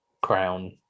Crown